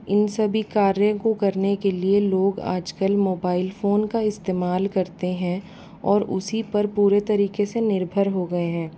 इन सभी कार्यों को करने के लिए लोग आज कल मोबाइल फोन का इस्तेमाल करते हैं और उसी पर पूरे तरीक़े से निर्भर हो गए हैं